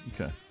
Okay